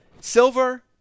silver